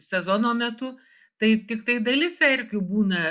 sezono metu tai tiktai dalis erkių būna